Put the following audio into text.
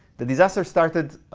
the disaster started